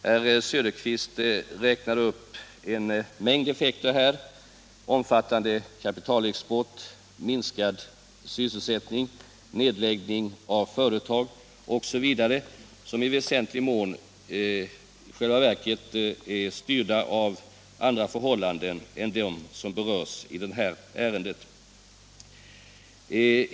Herr Söderqvist räknade upp en mängd effekter — omfattande kapitalexport, minskad sysselsättning, nedläggning av företag osv. — som i själva verket i väsentlig mån är styrda av andra förhållanden än de som berörs i detta ärende.